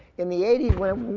in the eighty s when,